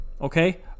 Okay